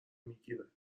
میگیره